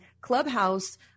clubhouse